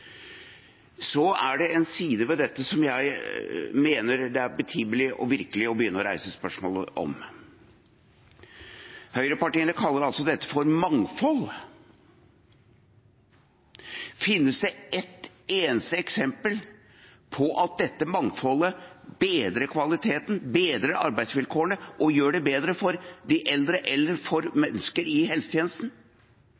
Så er det en side ved dette som jeg mener det virkelig er betimelig å begynne å reise spørsmål om. Høyrepartiene kaller altså dette for mangfold. Finnes det ett eneste eksempel på at dette mangfoldet bedrer kvaliteten, bedrer arbeidsvilkårene og gjør det bedre for de eldre eller for